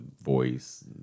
voice